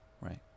Right